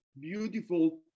beautiful